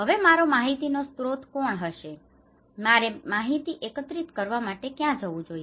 હવે મારો માહિતીનો સ્રોત કોણ હશે મારે માહિતી એકત્રિત કરવા માટે ક્યાં જવું જોઈએ